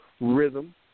rhythm